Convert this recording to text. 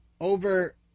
over